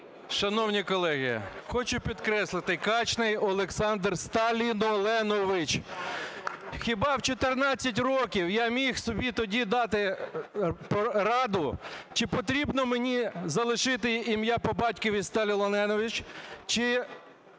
Шановні колеги, хочу підкреслити, Качний Олександр Сталіноленович. Хіба в 14 років я міг собі тоді дати раду, чи потрібно мені залишити ім'я по батькові Сталіноленович, чи